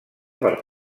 per